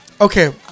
okay